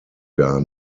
gar